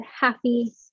happy